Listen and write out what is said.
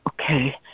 okay